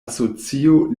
asocio